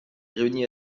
réunit